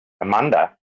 Amanda